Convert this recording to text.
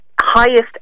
Highest